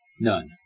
none